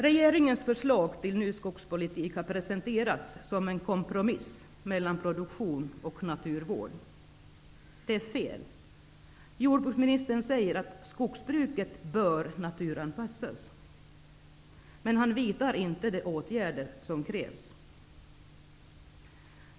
Regeringens förslag till ny skogspolitik har presenterats som en kompromiss mellan produktion och naturvård. Det är fel. Jordbruksministern säger att skogsbruket bör naturanpassas, men han vidtar inte de åtgärder som krävs.